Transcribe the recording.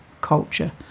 culture